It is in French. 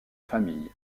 famille